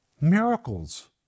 Miracles